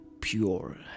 pure